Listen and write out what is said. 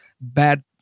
bad